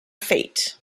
fate